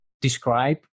describe